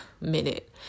minute